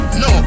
no